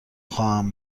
خواهم